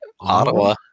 Ottawa